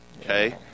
Okay